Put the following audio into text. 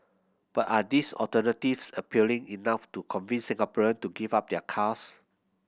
but are these alternatives appealing enough to convince Singaporean to give up their cars